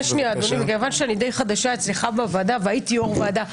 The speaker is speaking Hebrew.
כיוון שאני די חדשה אצלך בוועדה והייתי יושבת ראש ועדה,